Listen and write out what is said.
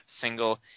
single